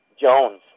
Jones